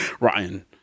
Ryan